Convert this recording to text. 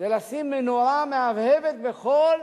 זה לשים מנורה מהבהבת בכל